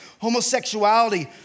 homosexuality